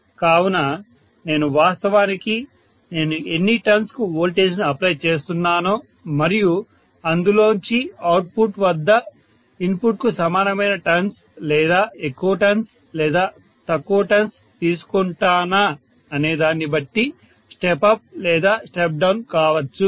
కావున నేను వాస్తవానికి నేను ఎన్ని టర్న్స్ కు వోల్టేజ్ను అప్లై చేస్తున్నానో మరియు అందులోంచి అవుట్పుట్ వద్ద ఇన్పుట్ కు సమానమైన టర్న్స్ లేదా ఎక్కువ టర్న్స్ లేదా తక్కువ టర్న్స్ తీసుకుంటానా అనేదాన్ని బట్టి స్టెప్ అప్ లేదా స్టెప్ డౌన్ కావచ్చు